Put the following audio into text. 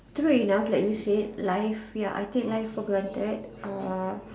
true enough like you said life ya I take life for granted uh